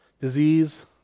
disease